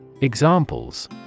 Examples